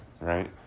right